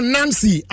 Nancy